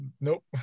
Nope